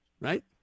right